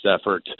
effort